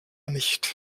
nicht